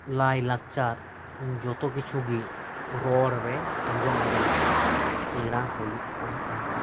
ᱞᱟᱭ ᱞᱟᱠᱪᱟᱨ ᱡᱚᱛᱚ ᱠᱤᱪᱷᱩ ᱜᱮ ᱨᱚᱲ ᱨᱮ ᱟᱸᱡᱚᱢ ᱟᱸᱡᱚᱢ ᱛᱮ ᱥᱮᱬᱟ ᱦᱩᱭᱩᱜ ᱠᱟᱱ ᱛᱟᱸᱦᱮᱱᱟ